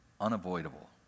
unavoidable